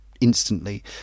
instantly